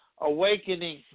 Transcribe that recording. awakening